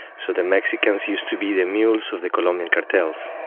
so the mexicans used to be the mules of the colombian cartels,